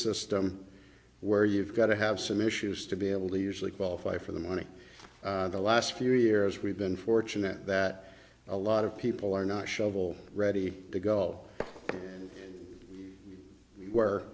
system where you've got to have some issues to be able to usually qualify for the money in the last few years we've been fortunate that a lot of people are not shovel ready to go and we